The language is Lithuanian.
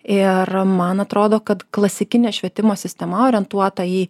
ir man atrodo kad klasikinė švietimo sistema orientuota į